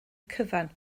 cyfan